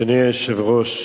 אדוני היושב-ראש,